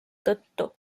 tõttu